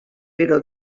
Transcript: però